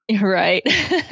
Right